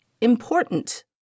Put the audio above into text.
important